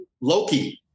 Loki